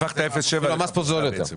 המס כאן אפילו זול יותר.